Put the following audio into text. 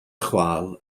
chwâl